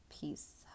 peace